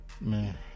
Man